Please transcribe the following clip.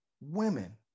women